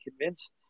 convince